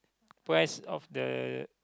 price of the